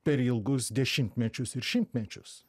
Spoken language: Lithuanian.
per ilgus dešimtmečius ir šimtmečius